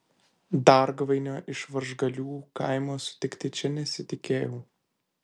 dargvainio iš varžgalių kaimo sutikti čia nesitikėjau